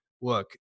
look